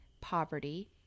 poverty